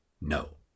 no